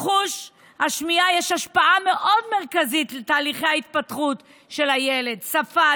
לחוש השמיעה יש השפעה מאוד מרכזית על תהליכי ההתפתחות של הילד: שפה,